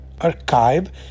archive